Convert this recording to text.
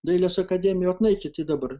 dailės akademijoj vat nueikit ir dabar